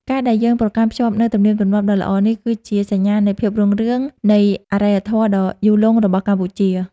ការដែលយើងប្រកាន់ខ្ជាប់នូវទំនៀមទម្លាប់ដ៏ល្អនេះ គឺជាសញ្ញាណនៃភាពរុងរឿងនៃអរិយធម៌ដ៏យូរលង់របស់កម្ពុជា។